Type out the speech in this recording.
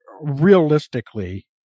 realistically